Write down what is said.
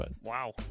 Wow